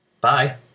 Bye